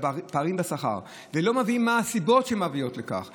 שמציגים את הפערים בשכר ולא מביאים את הסיבות שמביאות לכך.